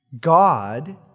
God